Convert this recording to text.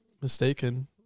mistaken